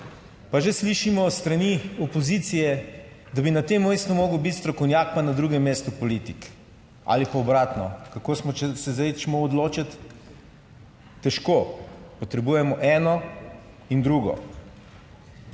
pa že slišimo s strani opozicije, da bi na tem mestu moral biti strokovnjak, pa na drugem mestu politik ali pa obratno. Kako se zdaj čmo odločiti? Težko, potrebujemo eno in drugo.